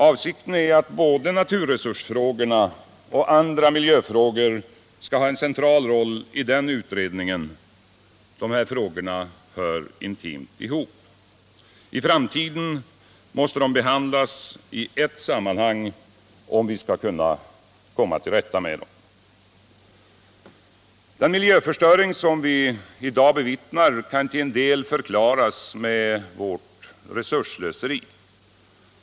Avsikten är att både naturresursfrågorna och andra miljöfrågor skall ha en central roll i den utredningen; de hör intimt ihop. I framtiden måste de behandlas i ett sammanhang, om vi skall kunna komma till rätta med dem. Den miljöförstöring som vi i dag bevittnar kan till en del förklaras med vårt resursslöseri.